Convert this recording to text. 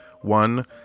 One